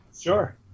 Sure